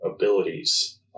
abilities